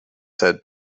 said